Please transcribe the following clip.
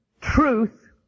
truth